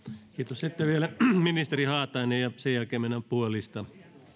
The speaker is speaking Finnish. sitten vielä ministeri haatainen ja sen jälkeen mennään puhujalistaan